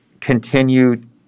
continued